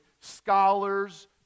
scholars